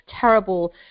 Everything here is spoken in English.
terrible